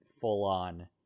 full-on